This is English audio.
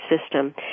system